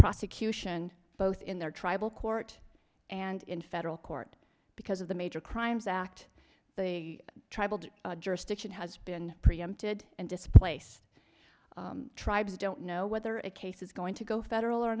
prosecution both in their tribal court and in federal court because of the major crimes act they traveled jurisdiction has been preempted and displace tribes don't know whether a case is going to go federal or